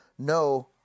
No